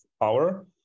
hour